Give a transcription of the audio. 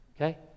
Okay